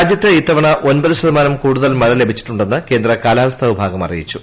രാജ്യത്ത് ഇത്തവണ ഒൻപത് ശതമാനം കൂടുതൽ മഴ ലഭിച്ചിട്ടുണ്ടെന്ന് ക്ഷേന്ദ്ര് കാലാവസ്ഥാ വിഭാഗം അറിയിച്ചു